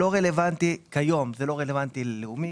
כיום זה לא רלוונטי ללאומי,